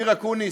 אופיר אקוניס,